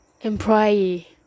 Employee